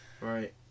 Right